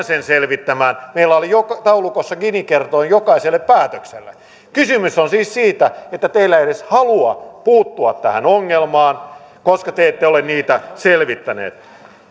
sen selvittämään meillä oli taulukossa gini kerroin jokaiselle päätökselle kysymys on siis siitä että teillä ei ole edes halua puuttua tähän ongelmaan koska te te ette ole niitä selvittäneet